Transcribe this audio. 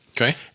Okay